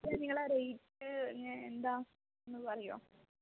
അപ്പോള് നിങ്ങളുടെ റേയ്റ്റ് എന്താണെന്നത് പറയുമോ